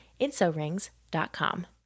InsoRings.com